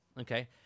Okay